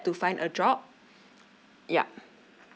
to find a job yup